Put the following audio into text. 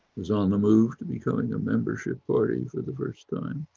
was on the move to becoming a membership party for the first time,